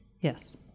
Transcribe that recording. Yes